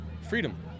freedom